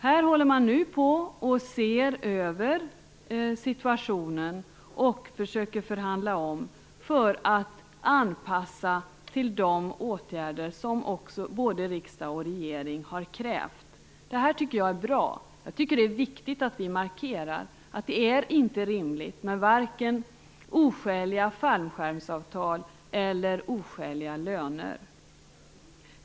Här ser man nu över situationen och försöker omförhandla för att anpassa till de åtgärder som både regering och riksdag har krävt. Det här tycker jag är bra. Det är viktigt att vi markerar att det inte är rimligt med vare sig oskäliga fallskärmsavtal eller oskäliga löner.